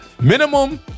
minimum